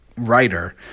writer